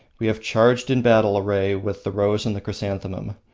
we have charged in battle array with the rose and the chrysanthemum.